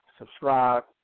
subscribe